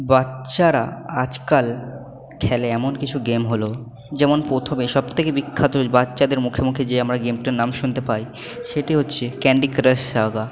বাচ্চারা আজকাল খেলে এমন কিছু গেম হলো যেমন প্রথমে সব থেকে বিখ্যাত বাচ্চাদের মুখে মুখে যে আমরা গেমটার নাম শুনতে পাই সেটি হচ্ছে ক্যান্ডি ক্রাশ সাগা